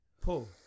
pull